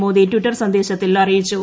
Modi Twitter സന്ദേശ്ത്തിൽ ്അറിയിച്ചു